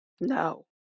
no